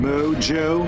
Mojo